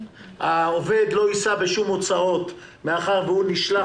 העובד לא יישא בשום הוצאות מאחר והוא נשלח